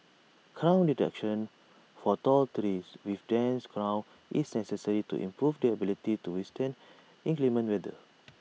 crown reduction for tall trees with dense crowns is sense to improve their ability to withstand inclement weather